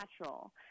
natural